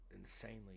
insanely